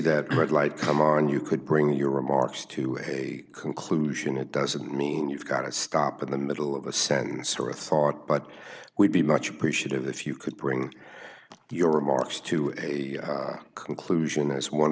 light come on you could bring your remarks to a conclusion it doesn't mean you've got to stop in the middle of a sentence or a thought but we'd be much appreciative if you could bring your remarks to a conclusion as one